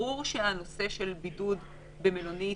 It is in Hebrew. ברור שהנושא של בידוד במלונית